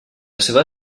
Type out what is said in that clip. seva